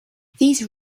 these